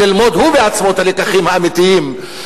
ללמוד הוא בעצמו את הלקחים האמיתיים.